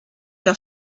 der